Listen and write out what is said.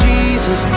Jesus